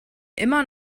immer